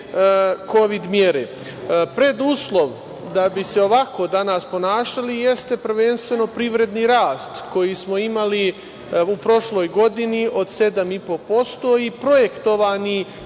kovid mere. Preduslov da bi se ovako danas ponašali jeste prvenstveno privredni rast koji smo imali u prošloj godini od 7,5% i projektovani